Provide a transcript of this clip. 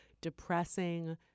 depressing